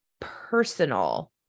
personal